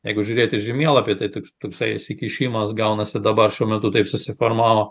jeigu žiūrėt į žemėlapį tai tok toksai įsikišimas gaunasi dabar šiuo metu taip susiformavo